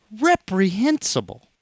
reprehensible